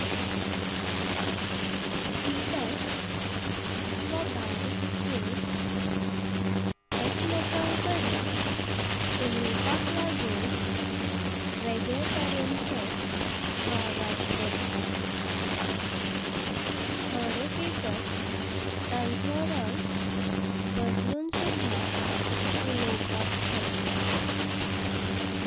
किटाक वा बारिक जीव एक मेकांकडे उलवपाक लागून वेगले तारणचो आवाज करता। थोडे किटाक तांचो रंग बदलून सुद्धा उलवपाक शकता।